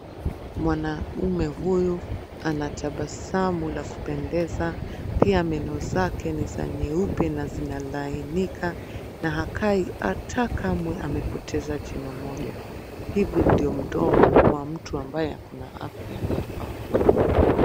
Mwanaume huyu anatabasamu la kupendeza. Pia, meno yake ni za nyeupe na zinalainika, na akai hata kamwe amepoteza jino moja. Hivi ndio mdomo wa mtu ambaye ako na afya yafaa kukaa .